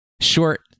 short